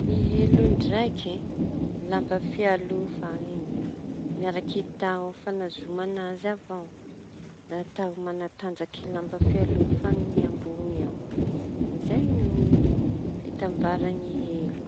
Ny elo ndraiky e! Lamba fialofa iñy miaraky taho fanazoman azy avao da taho mana-tanjaky lamba fialofa iñy ambony ao izay ny fitambarany elo.